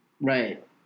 Right